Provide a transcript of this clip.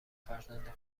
فرزند